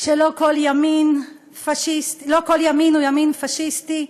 לא כל ימין הוא ימין פאשיסטי,